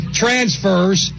transfers